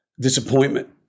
disappointment